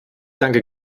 danke